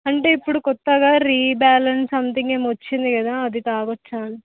అంటే ఇప్పుడు క్రొత్తగా రీబ్యాలెన్స్ సమ్థింగ్ ఏమో వచ్చింది కదా అది త్రాగవచ్చా